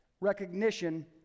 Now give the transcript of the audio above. recognition